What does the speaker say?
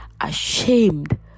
ashamed